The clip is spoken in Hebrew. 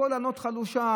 קול ענות חלושה,